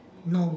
no